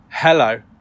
Hello